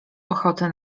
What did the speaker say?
ochotę